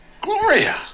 gloria